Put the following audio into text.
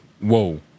Whoa